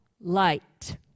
light